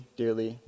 dearly